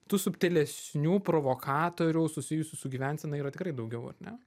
tų subtilesnių provokatorių susijusių su gyvensena yra tikrai daugiau ar ne